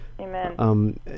Amen